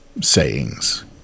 sayings